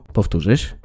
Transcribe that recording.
Powtórzysz